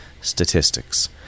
statistics